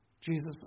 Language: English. Jesus